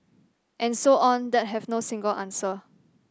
and so on that have no single answer